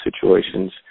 situations